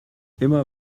immer